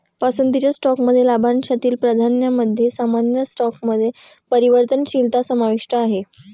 पसंतीच्या स्टॉकमध्ये लाभांशातील प्राधान्यामध्ये सामान्य स्टॉकमध्ये परिवर्तनशीलता समाविष्ट आहे